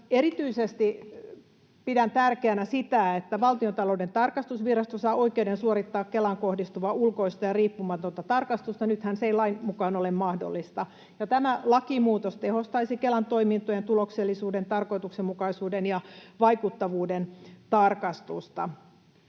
erityisesti pidän tärkeänä sitä, että Valtiontalouden tarkastusvirasto saa oikeuden suorittaa Kelaan kohdistuvaa ulkoista ja riippumatonta tarkastusta — nythän se ei lain mukaan ole mahdollista. Tämä lakimuutos tehostaisi Kelan toimintojen tuloksellisuuden, tarkoituksenmukaisuuden ja vaikuttavuuden tarkastusta.